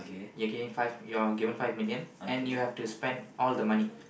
you're giving five you're given five million and you have to spend all the money